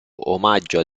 omaggio